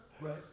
Right